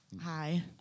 Hi